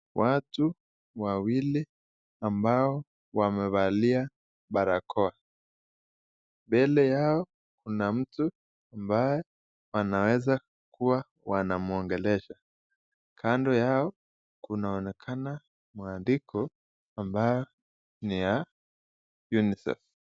Watu wawili ambao wamevalia barako, mbele yao kuna mtu ambaye wanaweza wanamuongelesha. kando yao kunaonekana mwandiko ambayo ni ya unisef .